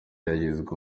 yagizwe